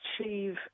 achieve